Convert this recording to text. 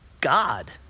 God